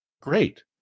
great